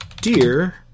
Dear